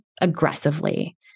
aggressively